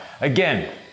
Again